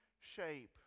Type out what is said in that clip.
shape